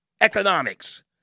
economics